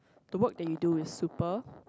the work that you do is super